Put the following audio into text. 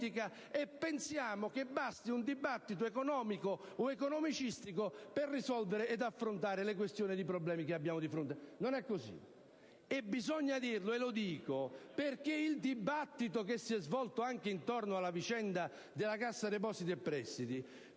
politica, e pensiamo che basti un dibattito economico o economicistico per risolvere ed affrontare le questioni ed i problemi che abbiamo di fronte. Non è così. Bisogna dirlo, e lo dico anche per quanto riguarda il dibattito che si è svolto intorno alla vicenda della Cassa depositi e prestiti: